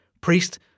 Priest